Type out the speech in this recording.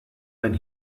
when